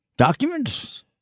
Documents